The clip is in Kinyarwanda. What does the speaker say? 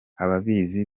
ababizi